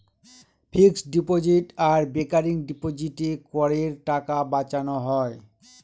fixed deposit আর recurring ডিপোজিটে করের টাকা বাঁচানো হয়